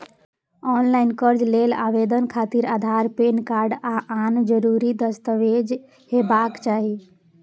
ऑनलॉन कर्ज लेल आवेदन खातिर आधार, पैन कार्ड आ आन जरूरी दस्तावेज हेबाक चाही